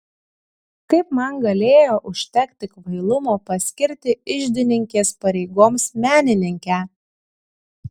kaip man galėjo užtekti kvailumo paskirti iždininkės pareigoms menininkę